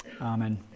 Amen